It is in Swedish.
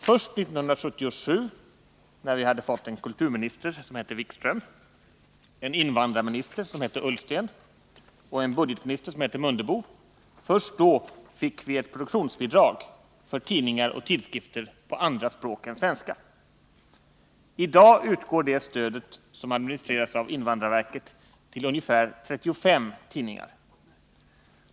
Först 1977, när vi hade fått en kulturminister som hette Wikström, en invandrarminister som hette Ullsten och en budgetminister som hette Mundebo, fick vi ett produktionsbidrag för tidningar och tidskrifter på andra språk än svenska. I dag utgår det stödet, som administreras av invandrarverket, till ungefär 35 tidningar.